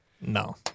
No